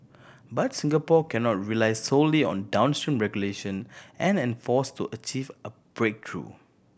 but Singapore cannot rely solely on downstream regulation and enforce to achieve a breakthrough